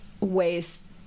ways